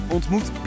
Ontmoet